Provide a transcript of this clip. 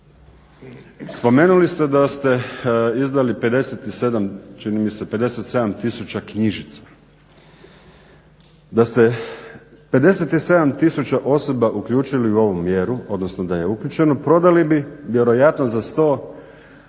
Spomenuli ste da ste izdali čini mi se 57 000 knjižica, da ste 57 000 osoba uključili u ovu mjeru, odnosno da je uključeno, prodali bi vjerojatno za 100 radnih